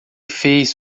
fez